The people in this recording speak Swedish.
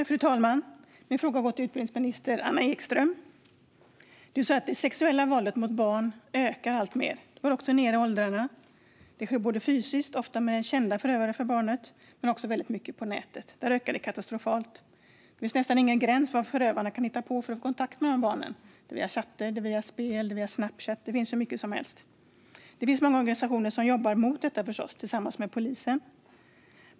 Fru talman! Min fråga går till utbildningsminister Anna Ekström. Ministern sa att det sexuella våldet mot barn ökar alltmer. Det går också ned i åldrarna och sker både fysiskt, med för barnen kända förövare, och på nätet, där det ökar katastrofalt. Det finns nästan ingen gräns för vad förövare kan hitta på för att få kontakt med barn. Det sker via chattar, spel och Snapchat - det finns hur mycket som helst. Det finns många organisationer som jobbar emot detta tillsammans med polisen.